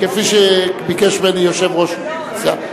כפי שביקש ממני יושב-ראש הסיעה.